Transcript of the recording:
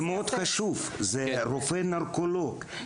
זה מאוד חשוב שרופא נרקולוג,